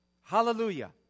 Hallelujah